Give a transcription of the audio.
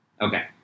Okay